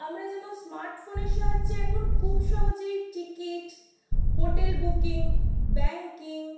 আমরা যেমন স্মার্টফোনের সাহায্যে এখন খুব সহজেই টিকিট হোটেল বুকিং ব্যাঙ্কিং